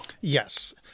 Yes